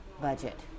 budget